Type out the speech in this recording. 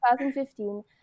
2015